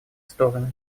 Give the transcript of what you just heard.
стороны